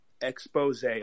expose